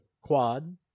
quad